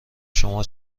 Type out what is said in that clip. شما